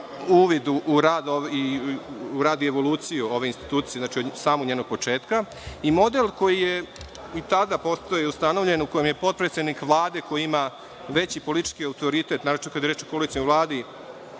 uvid u rad i evoluciju ove institucije, znači od samog njenog početka, i model koji je tada postojao, ustanovljen, u kojem je potpredsednik Vlade koji ima veći politički autoritet, naročito kada je reč o koalicionoj Vladi,